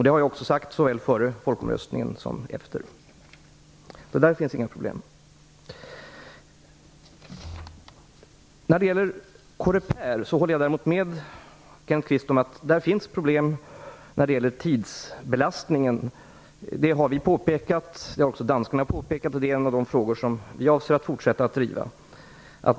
Det har jag också sagt såväl före folkomröstningen som efter den. Där finns alltså inget problem. När det gäller Coreper håller jag däremot med Kenneth Kvist om att det finns problem med tidsbelastningen. Detta har vi och även danskarna påpekat, och det är en av de frågor som vi avser att fortsätta att driva.